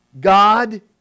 God